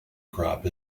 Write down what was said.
crop